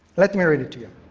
let me read it to